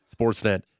Sportsnet